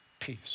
peace